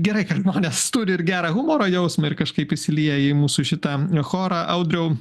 gerai kad žmonės turi ir gerą humoro jausmą ir kažkaip išsilieja į mūsų šitą chorą audriau